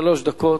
שלוש דקות.